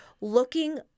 looking